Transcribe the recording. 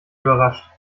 überrascht